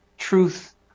truth